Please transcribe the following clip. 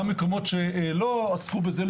גם מקומות שלא עסקו בזה,